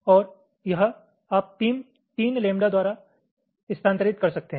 और यह आप 3 लैम्ब्डा द्वारा स्थानांतरित कर सकते हैं